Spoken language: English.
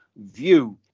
view